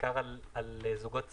בעיקר על זוגות צעירים,